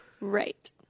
Right